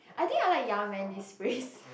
I think I like ya man this phrase